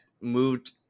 moved